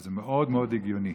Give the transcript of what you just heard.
וזה מאוד מאוד הגיוני.